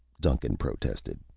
duncan protested.